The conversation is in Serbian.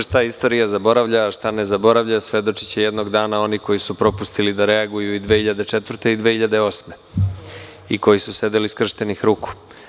Šta istorija zaboravlja a šta ne zaboravlja, svedočiće jednog dana oni koji su propustili da reaguju i 2004. i 2008. godine i oni koji su sedeli skrštenih ruku.